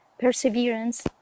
perseverance